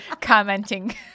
commenting